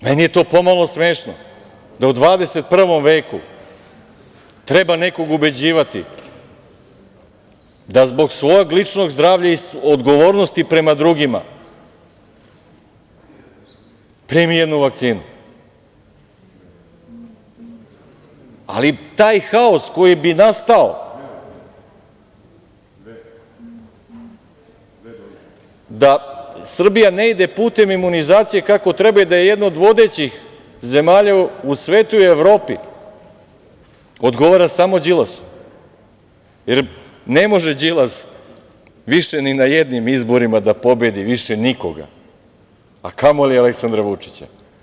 Meni je pomalo smešno da u 21. veku treba nekog ubeđivati da zbog svog ličnog zdravlja i odgovornosti prema drugima primi jednu vakcinu, ali taj haos koji bi nastao da Srbija ne ide putem imunizacije kako treba i da je jedna od vodećih zemalja u svetu i Evropi odgovara samo Đilasu, jer ne može Đilas više ni na jednim izborima da pobedi više nikoga, a kamoli Aleksandra Vučića.